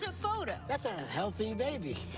so photo. that's a healthy baby.